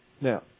Now